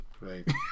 Right